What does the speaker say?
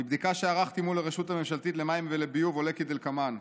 מבדיקה שערכתי מול הרשות הממשלתית למים ולביוב עולה כדלקמן: